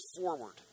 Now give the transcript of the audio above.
forward